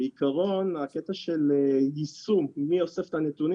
בעיקרון הקטע של יישום ומי אוסף את הנתונים